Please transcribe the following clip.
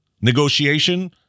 negotiation